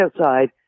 outside